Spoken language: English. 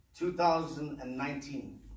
2019